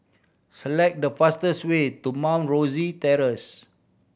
select the fastest way to Mount Rosie Terrace